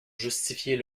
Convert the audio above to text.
justifier